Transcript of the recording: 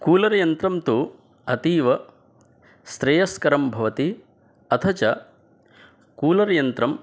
कूलर्यन्त्रं तु अतीव श्रेयस्करं भवति अथ च कूलर्यन्त्रम्